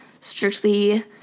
strictly